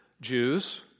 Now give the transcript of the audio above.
Jews